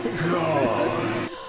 God